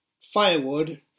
firewood